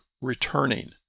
returning